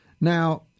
now